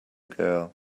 girl